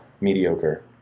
Mediocre